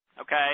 okay